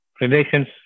relations